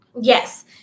yes